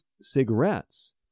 cigarettes